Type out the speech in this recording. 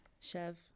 Chev